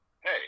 hey